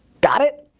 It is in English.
got it?